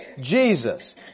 Jesus